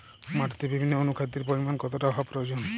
মাটিতে বিভিন্ন অনুখাদ্যের পরিমাণ কতটা হওয়া প্রয়োজন?